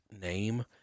name